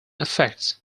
affects